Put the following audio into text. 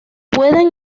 pueden